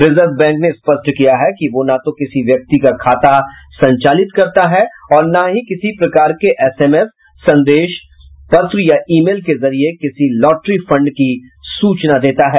reserve Bank ने स्पष्ट किया है कि वह न तो किसी व्यक्ति का खाता संचालित करता है और न ही किसी प्रकार के एसएमएस संदेश पत्र या ई मेल के जरिए किसी लॉटरी फंड की सूचना देता है